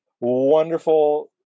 wonderful